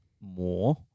more